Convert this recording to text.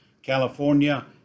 California